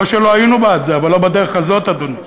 לא שלא היינו בעד זה, אבל לא בדרך הזאת, אדוני.